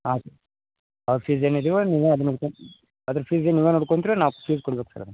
ಹಾಂ ಸ ಅವ್ರ ಫೀಸ್ ಏನಿದೆಯೋ ನೀವೇ ಅದು ನೋಡ್ಕನ್ ಅದ್ರ ಫೀಸಾ ನೀವೇ ನೋಡ್ಕೊಂತ್ರೋ ನಾವು ಫೀಸ್ ಕೊಡ್ಬೇಕಾ ಸರ್ ಅದು